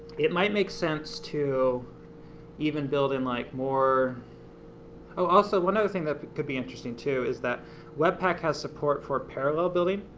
it might make sense to even build in like more oh also, one other thing that could be interesting too is that webpack has support for parallel building,